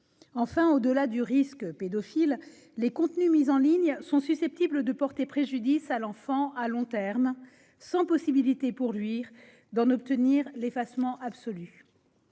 Enfin, au-delà du risque pédophile, les contenus mis en ligne sont susceptibles de porter préjudice à l'enfant à long terme, sans que celui-ci puisse obtenir leur effacement